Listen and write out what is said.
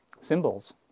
symbols